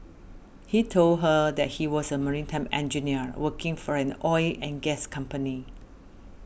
he told her that he was a maritime engineer working for an oil and gas company